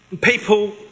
People